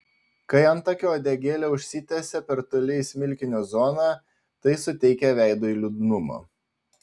kai antakio uodegėlė užsitęsia per toli į smilkinio zoną tai suteikia veidui liūdnumo